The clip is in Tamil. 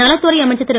நலத்துறை அமைச்சர் திரு